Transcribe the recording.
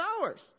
hours